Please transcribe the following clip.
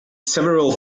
several